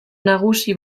nagusi